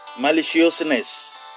maliciousness